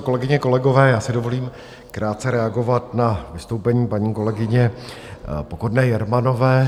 Kolegyně, kolegové, já si dovolím krátce reagovat na vystoupení paní kolegyně Pokorné Jermanové.